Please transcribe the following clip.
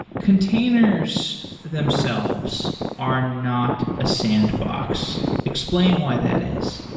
containers themselves are not a sandbox. explain why that is.